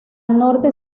norte